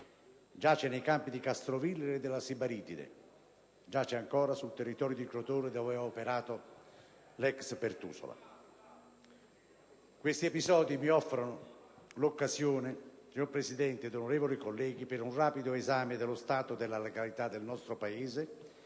giace nei campi di Castrovillari e della Sibaritide; giace ancora sul territorio di Crotone dove ha operato l'ex Pertusola. Questi episodi mi offrono l'occasione, signor Presidente ed onorevoli colleghi, per un rapido esame dello stato della legalità nel nostro Paese,